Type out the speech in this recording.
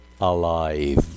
alive